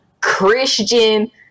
Christian